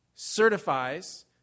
certifies